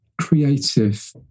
creative